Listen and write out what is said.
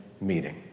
meeting